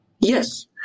yes